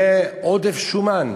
יהיה עודף שומן.